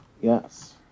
yes